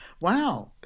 wow